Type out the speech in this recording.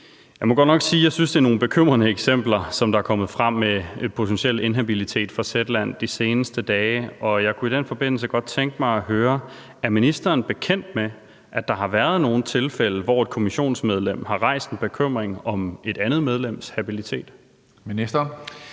jeg synes, det er nogle bekymrende eksempler, der de seneste dage er kommet frem fra Zetland om potentiel inhabilitet. Og jeg kunne i den forbindelse godt tænke mig at høre, om ministeren er bekendt med, at der har været nogle tilfælde, hvor et kommissionsmedlem har rejst en bekymring om et andet medlems habilitet. Kl.